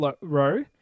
row